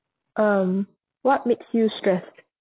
um what makes you stressed